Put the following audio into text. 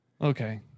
Okay